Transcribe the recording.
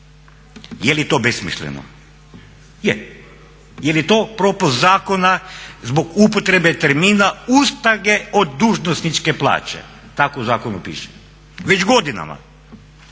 Je li to besmisleno? Je. Je li to propust zakona zbog upotrebe termina ustage od dužnosničke plaće, tako u zakonu piše već godinama.